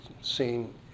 seen